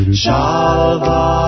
Shalva